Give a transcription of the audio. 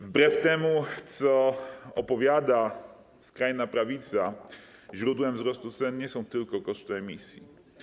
Wbrew temu, co opowiada skrajna prawica, źródłem wzrostu cen nie są tylko koszty emisji.